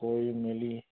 কৰি মেলি